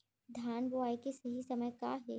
धान बोआई के सही समय का हे?